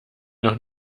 noch